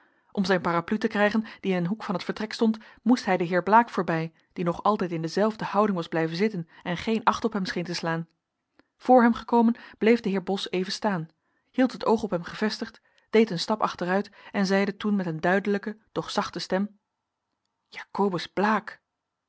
om zijn parapluie te krijgen die in een hoek van het vertrek stond moest hij den heer blaek voorbij die nog altijd in dezelfde houding was blijven zitten en geen acht op hem scheen te slaan voor hem gekomen bleef de heer bos even staan hield het oog op hem gevestigd deed een stap achteruit en zeide toen met een duidelijke doch zachte stem jacobus blaek